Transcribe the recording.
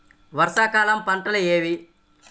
వర్షాకాలం పంటలు ఏవి?